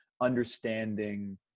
understanding